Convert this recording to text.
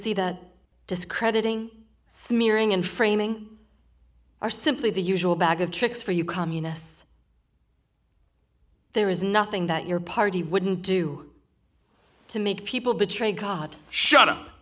see that discrediting smearing and framing are simply the usual bag of tricks for you communists there is nothing that your party wouldn't do to make people betray god shut up